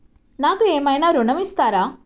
నాకు ఏమైనా ఋణం ఇస్తారా?